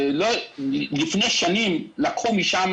לפני שנים לקחו משם